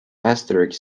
asterix